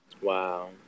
Wow